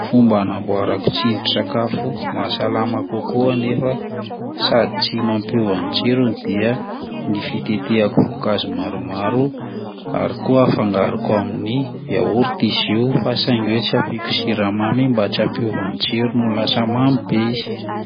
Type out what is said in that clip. Fomba hanamboarako tsindrin-tsakafo mahasalama kokoa nefa sady tsy mampiova ny tsirony dia ny fitetehako voankazo maromaro ary koa afangaroko amin'ny yaourt izy io fa saingy hoe tsy ampiako siramamy mba tsy hampiova ny tsirony ho lasa mamy be izy.